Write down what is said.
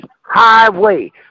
highway